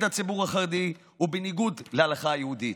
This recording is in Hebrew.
הציבור החרדי ובניגוד להלכה היהודית.